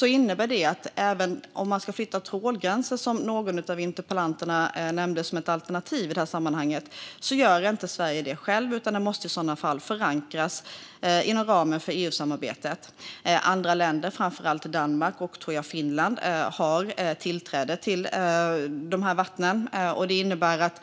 Det innebär att Sverige inte självt kan flytta en trålgräns, vilket interpellanten nämnde som ett alternativ, utan det måste förankras inom ramen för EU-samarbetet. Andra länder, framför allt Danmark och, tror jag, Finland, har tillträde till dessa vatten, och det innebär att